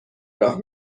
راه